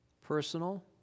personal